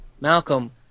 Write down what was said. Malcolm